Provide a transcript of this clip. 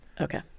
Okay